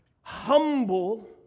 humble